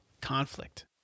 conflict